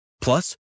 Plus